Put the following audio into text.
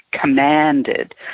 commanded